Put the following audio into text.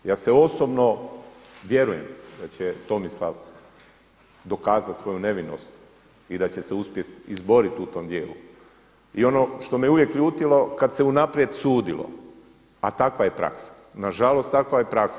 Ja osobno vjerujem da će Tomislav dokazati svoju nevinost i da će se uspjet izboriti u tom dijelu i ono što me uvijek ljutilo kada se unaprijed sudilo, a takva je praksa, nažalost takva je praksa.